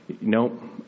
No